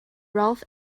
ralph